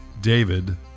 David